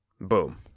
Boom